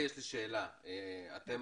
אתם